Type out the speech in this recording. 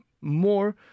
more